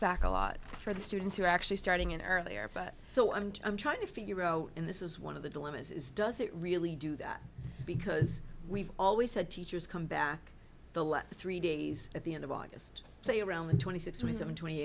back a lot for the students who are actually starting in earlier but so i'm trying to figure out in this is one of the dilemmas is does it really do that because we've always had teachers come back the last three days at the end of august so you around the twenty six twenty seven twenty